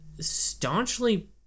staunchly